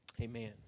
Amen